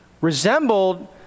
resembled